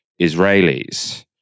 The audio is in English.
Israelis